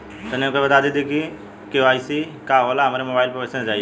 तनि हमके इ बता दीं की के.वाइ.सी का होला हमरे मोबाइल पर मैसेज आई?